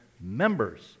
members